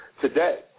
today